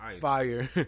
Fire